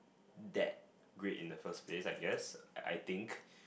that great in the first place I guess I think